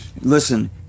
listen